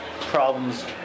problems